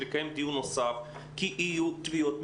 לקיים דיון נוסף כי יהיו תביעות משפטיות.